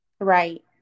Right